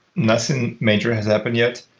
nothing major has happened yet.